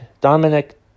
Dominic